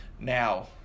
now